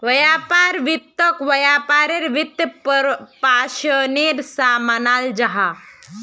व्यापार वित्तोक व्यापारेर वित्त्पोशानेर सा मानाल जाहा